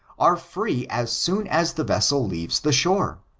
are free as soon as the vessel leaves the shore.